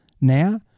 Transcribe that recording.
now